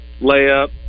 layup